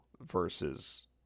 versus